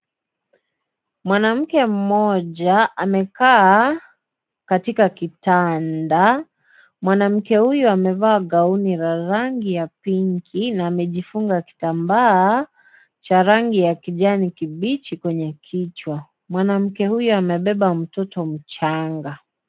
Mwanamke mmoja amekaa katika kitanda. Mwanamke huyo, amevaa gauni ya rangi ya pinki na amejifunga kitambaa cha rangi ya kijani kibichi kwenye kichwa. Mwanamke huyo amebeba mtoto mchanga.